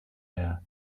air